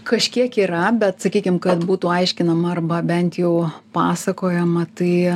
kažkiek yra bet sakykim kad būtų aiškinama arba bent jau pasakojama tai